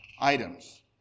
items